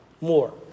more